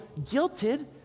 guilted